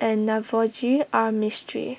and Navroji R Mistri